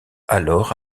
alors